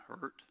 hurt